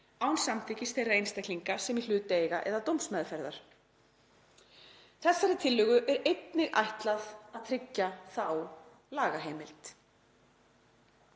án samþykkis þeirra einstaklinga sem í hlut eiga eða dómsmeðferðar. Þessari tillögu er því m.a. ætlað að tryggja þá lagaheimild.“